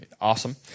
awesome